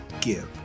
give